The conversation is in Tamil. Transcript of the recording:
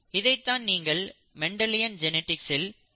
இதைத்தான் நீங்கள் மெண்டலியன் ஜெனடிக்ஸ் இல் படிப்பீர்கள்